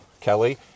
Kelly